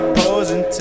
posing